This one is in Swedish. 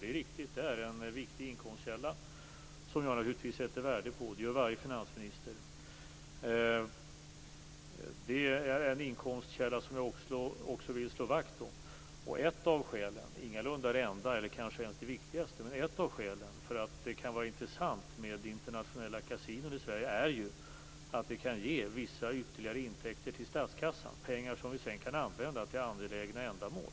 Det är riktigt; det är en viktig inkomstkälla som jag naturligtvis sätter värde på. Det gör varje finansminister. Det är också en inkomstkälla som jag vill slå vakt om. Ett av skälen - ingalunda det enda eller kanske ens det viktigaste - till att det kan vara intressant med internationella kasinon i Sverige är ju att det kan ge vissa ytterligare intäkter till statskassan, pengar som vi sedan kan använda till angelägna ändamål.